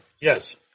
yes